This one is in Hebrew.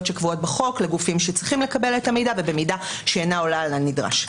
שקבועות בחוק לגופים שצריכים לקבל את המידע ובמידה שאינה עולה על הנדרש.